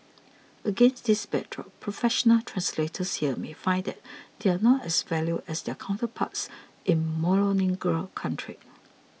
against this backdrop professional translators here may find that they are not as valued as their counterparts in monolingual countries